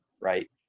right